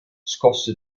scosse